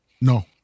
no